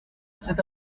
cet